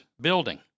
building